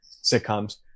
sitcoms